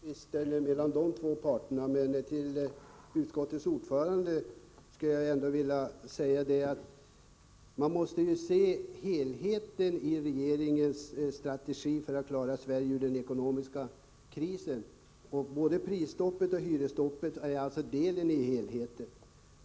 Herr talman! Jag skall inte lägga mig i tvisten mellan dem som nyss varit uppe i debatten. Men till utskottets ordförande skulle jag ändå vilja säga att man måste se till helheten i regeringens strategi för att klara Sverige ur den ekonomiska krisen, och både prisstoppet och hyresstoppet är delar i helheten.